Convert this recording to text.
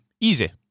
easy